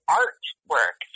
artwork